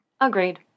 Agreed